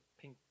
pink